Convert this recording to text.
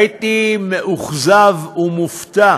הייתי מאוכזב ומופתע